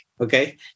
okay